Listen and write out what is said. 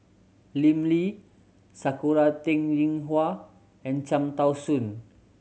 Lim Lee Sakura Teng Ying Hua and Cham Tao Soon